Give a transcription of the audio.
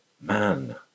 man